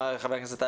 חבר הכנסת,